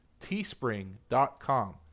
teespring.com